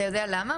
אתה יודע למה?